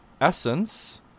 essence